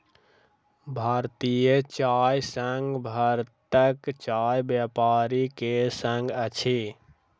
भारतीय चाय संघ भारतक चाय व्यापारी के संग अछि